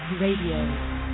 Radio